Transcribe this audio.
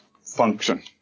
function